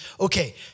okay